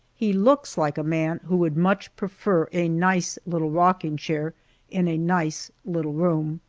he looks like a man who would much prefer a nice little rocking-chair in a nice little room.